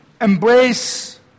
embrace